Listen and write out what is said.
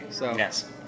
Yes